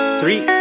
three